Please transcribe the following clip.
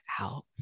out